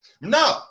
No